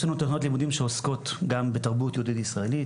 יש לנו תוכניות לימודים שעוסקות גם בתרבות יהודית ישראלית,